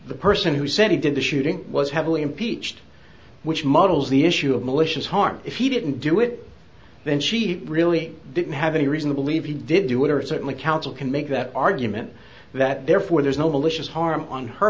the person who said he did the shooting was heavily impeached which models the issue of malicious harm if he didn't do it then she really didn't have any reason to believe he did do it or certainly counsel can make that argument that therefore there's no bullishness harm on her